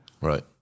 Right